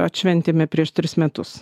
atšventėme prieš tris metus